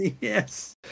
Yes